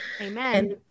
Amen